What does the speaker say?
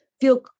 feel